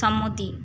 সম্মতি